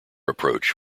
approach